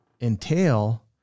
entail